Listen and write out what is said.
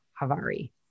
Havari